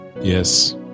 Yes